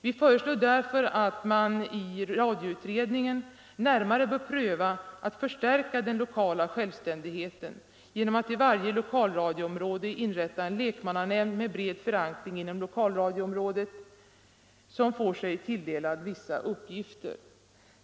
Vi föreslår därför att man i radioutredningen närmare bör pröva att förstärka den lokala självständigheten genom att i varje lokalradioområde inrätta en lekmannanämnd med bred förankring inom lokalradioområdet som får sig tilldelad vissa uppgifter.